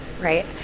right